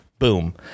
Boom